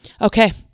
Okay